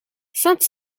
sainte